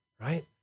right